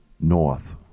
north